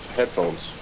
headphones